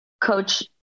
coach